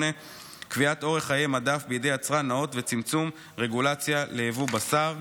קביעת אורך חיי מדף בידי יצרן נאות וצמצום רגולציה לייבוא בשר.